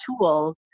tools